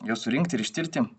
juos surinkt ir ištirti